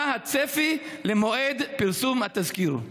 3. מה הצפי למועד פרסום התזכיר?